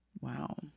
Wow